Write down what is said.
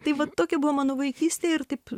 tai va tokia buvo mano vaikystė ir taip